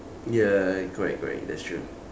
ya correct correct that's true